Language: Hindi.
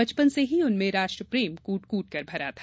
बचपन से ही उनमें राष्ट्रप्रेम कुट कुटकर भरा था